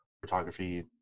photography